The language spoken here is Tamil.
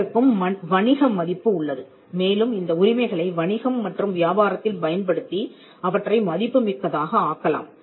இவற்றுக்கும் வணிக மதிப்பு உள்ளது மேலும் இந்த உரிமைகளை வணிகம் மற்றும் வியாபாரத்தில் பயன்படுத்தி அவற்றை மதிப்புமிக்கதாக ஆக்கலாம்